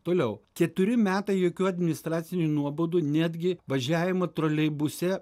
toliau keturi metai jokių administracinių nuobaudų netgi važiavimo troleibuse